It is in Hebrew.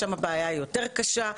ששם הבעיה יותר קשה,